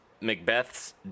Macbeth's